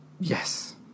Yes